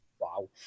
Wow